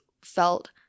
felt